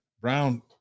Brown